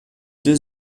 deux